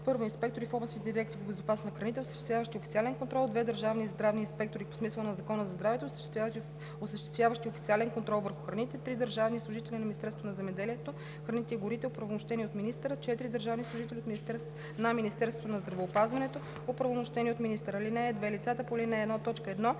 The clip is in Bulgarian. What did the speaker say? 1. инспектори в областните дирекции по безопасност на храните, осъществяващи официален контрол; 2. държавни здравни инспектори по смисъла на Закона за здравето, осъществяващи официален контрол върху храните; 3. държавни служители на Министерството на земеделието, храните и горите, оправомощени от министъра; 4. държавни служители на Министерството на здравеопазването, оправомощени от министъра. (2) Лицата по ал. 1,